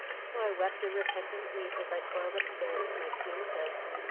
so i wept a repentant weep as i toiled upstairs with my tea and toast,